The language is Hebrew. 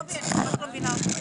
קובי, אני ממש לא מבינה אותך.